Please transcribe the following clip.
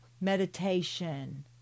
meditation